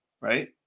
right